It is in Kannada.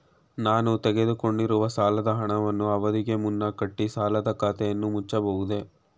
ನಾನು ತೆಗೆದುಕೊಂಡಿರುವ ಸಾಲದ ಹಣವನ್ನು ಅವಧಿಗೆ ಮುನ್ನ ಕಟ್ಟಿ ಸಾಲದ ಖಾತೆಯನ್ನು ಮುಚ್ಚಬಹುದೇ?